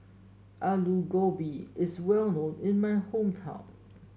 Aloo Gobi is well known in my hometown